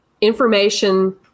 information